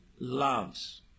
loves